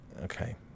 Okay